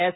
S